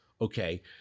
Okay